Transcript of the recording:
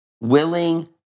Willing